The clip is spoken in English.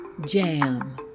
jam